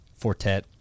Fortet